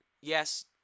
Yes